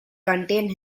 contain